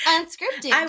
Unscripted